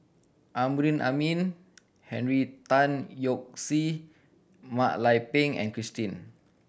Amrin Amin Henry Tan Yoke See Mak Lai Peng and Christine